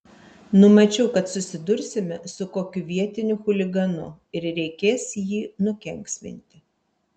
numačiau kad susidursime su kokiu vietiniu chuliganu ir reikės jį nukenksminti